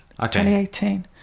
2018